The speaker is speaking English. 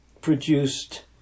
produced